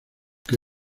que